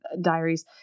Diaries